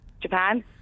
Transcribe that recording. Japan